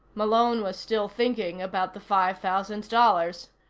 malone was still thinking about the five thousand dollars.